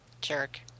Jerk